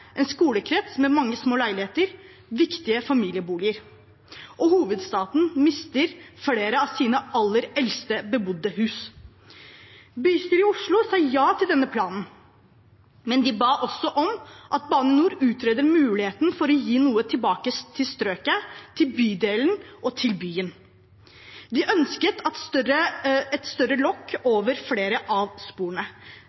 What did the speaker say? en skolekrets med mange små leiligheter, viktige familieboliger, og hovedstaden mister flere av sine aller eldste bebodde hus. Bystyret i Oslo sa ja til denne planen, men de ba også om at Bane NOR utreder muligheten for å gi noe tilbake til strøket, til bydelen og til byen. De ønsket et større lokk over flere av sporene. Det samme har bydelen og et